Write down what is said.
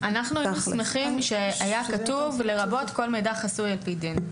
אנחנו היינו שמחים שיהיה כתוב: לרבות כל מידע חסוי על פי דין.